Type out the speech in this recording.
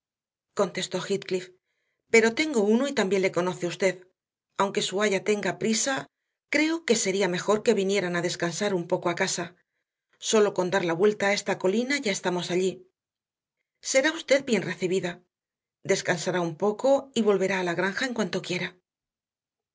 heathcliff pero tengo uno y también le conoce usted aunque su aya tenga prisa creo que sería mejor que vinieran a descansar un poco a casa sólo con dar la vuelta a esta colina ya estamos allí será usted bien recibida descansará un poco y volverá a la granja en cuanto quiera